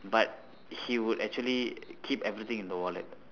but he would actually keep everything in the wallet